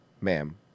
Ma'am